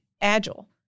agile